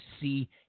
see